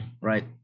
right